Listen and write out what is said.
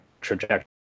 trajectory